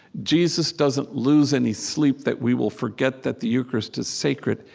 jesus doesn't lose any sleep that we will forget that the eucharist is sacred.